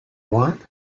want